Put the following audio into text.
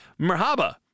merhaba